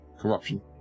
corruption